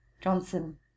Johnson